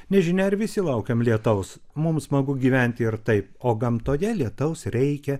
nežinia ar visi laukiam lietaus mums smagu gyventi ir taip o gamtoje lietaus reikia